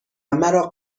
مرا